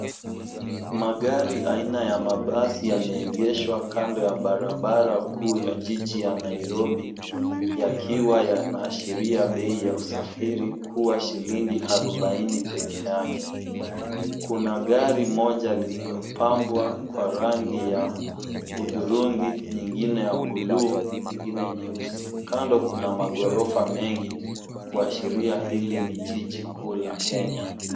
Magari haina ya mabasi ya meegeswa kando ya barabara kuwa ya jijiji ya Nairobi ya kiwa ya naashiria bei ya usafiri kuwa shilingi arubaini peke yake Kuna gari moja lilopambwa kwa rangi ya hudhurungi, nyingine ya buluu, nyingine nyeusi. Kando kuna magorofa mengi kuashiria hili ni jiji kuu la Kenya.